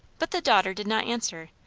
but the daughter did not answer,